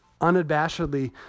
unabashedly